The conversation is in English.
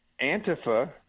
Antifa